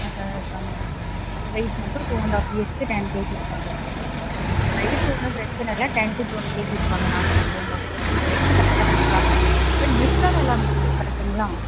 ஃபேட்டாகதான் இருக்காங்க சரி வெயிட் மட்டும் டூ அண்ட் ஹாஃப் இயர்ஸுக்கு டென் கேஜி இருக்காங்க சரி வெயிட்டு ஒன்றும் பிரச்சின இல்லை டென் டு ட்வெல்வ் கேஜி இருப்பாங்க நார்மலாக டூ அண்ட் ஹாஃப் இயர்ஸுக்கு வெயிட்டு கரெக்டாகதான் இருக்காங்க பட் பிரிஸ்க்காக இல்லாமல் இருக்காங்க கரெக்ட்டுங்களா